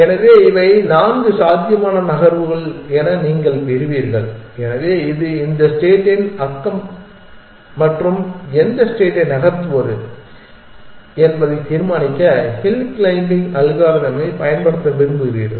எனவே இவை நான்கு சாத்தியமான நகர்வுகள் என நீங்கள் பெறுவீர்கள் எனவே இது இந்த ஸ்டேட்டின் அக்கம் மற்றும் எந்த ஸ்டேட்டை நகர்த்துவது என்பதை தீர்மானிக்க ஹில் க்ளைம்பிங் அல்காரிதமைப் பயன்படுத்த விரும்புகிறீர்கள்